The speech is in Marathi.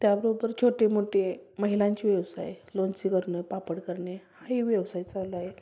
त्या बरोबर छोटे मोठे महिलांचे व्यवसाय लोणचे करणंं पापड करणे हे व्यवसाय चालू आहे